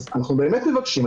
אז אנחנו באמת מבקשים,